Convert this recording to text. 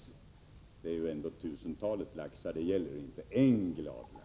Det är ändå fråga om tusentalet laxar.